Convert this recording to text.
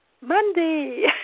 Monday